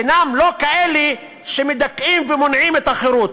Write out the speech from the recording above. אין דינם כדין אלה שמדכאים ומונעים את החירות,